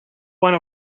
one